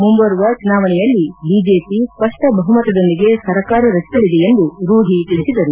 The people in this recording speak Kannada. ಮುಂಬರುವ ಚುನಾವಣೆಯಲ್ಲಿ ಬಿಜೆಪಿ ಸ್ವಷ್ಟ ಬಹುಮತದೊಂದಿಗೆ ಸರ್ಕಾರ ರಚಿಸಲಿದೆ ಎಂದು ರೂಢಿ ತಿಳಿಸಿದರು